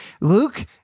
Luke